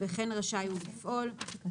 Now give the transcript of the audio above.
וכן רשאי הוא לפעול";"